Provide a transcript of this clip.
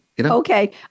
Okay